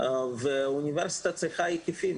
אוניברסיטה צריכה היקפים,